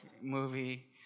movie